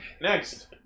Next